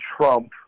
Trump